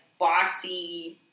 boxy